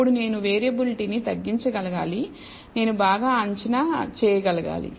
అప్పుడు నేను వేరియబిలిటీని తగ్గించగలగాలి నేను బాగా అంచనా చేయగలగాలి